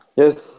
Yes